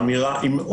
האמירה של